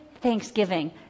thanksgiving